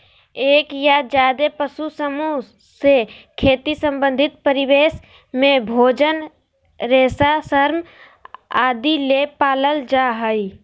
एक या ज्यादे पशु समूह से खेती संबंधित परिवेश में भोजन, रेशा, श्रम आदि ले पालल जा हई